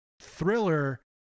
thriller